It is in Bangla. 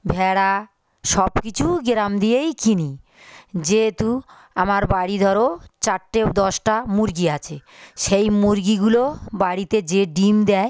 ভেড়া সব কিছু গ্রাম দিয়েই কিনি যেয়েতু আমার বাড়ি ধরো চারটে দশটা মুরগি আছে সেই মুরগিগুলো বাড়িতে যে ডিম দেয়